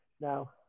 Now